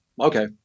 Okay